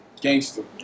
Gangster